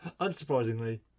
unsurprisingly